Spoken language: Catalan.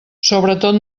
sobretot